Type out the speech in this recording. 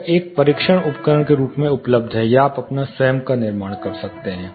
यह एक परीक्षण उपकरण के रूप में उपलब्ध है या आप अपना स्वयं का निर्माण कर सकते हैं